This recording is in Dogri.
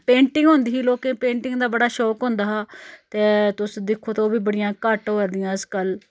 पेंटिगं होंदी ही लोकें पेंटिंग दा बड़ा शौक होंदा हा ते तुस दिक्खो ते ओह् बी बड़ियां घट्ट होआ दियां अज्जकल